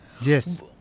Yes